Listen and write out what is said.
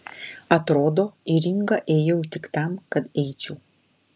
atrodo į ringą ėjau tik tam kad eičiau